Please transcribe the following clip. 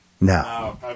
No